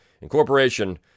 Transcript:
incorporation